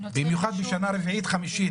במיוחד בשנה רביעית וחמישית.